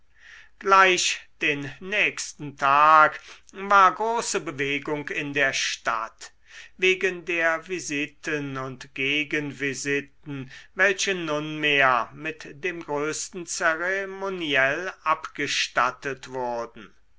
gleich den nächsten tag war große bewegung in der stadt wegen der visiten und gegenvisiten welche nunmehr mit dem größten zeremoniell abgestattet wurden